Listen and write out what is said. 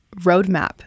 roadmap